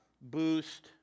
boost